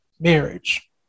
marriage